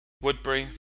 Woodbury